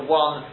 one